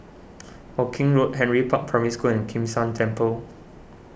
Hawkinge Road Henry Park Primary School and Kim San Temple